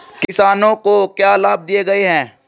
किसानों को क्या लाभ दिए गए हैं?